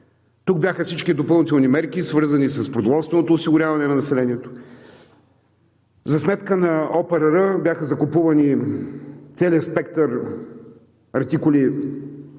Тук бяха всички допълнителни мерки, свързани с продоволственото осигуряване на населението. За сметка на ОПРР бяха закупувани целият спектър артикули